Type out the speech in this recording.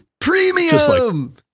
premium